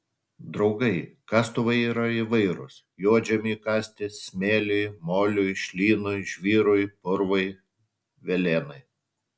draugai kastuvai yra įvairūs juodžemiui kasti smėliui moliui šlynui žvyrui purvui velėnai